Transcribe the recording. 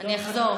אני אחזור.